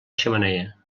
xemeneia